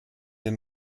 den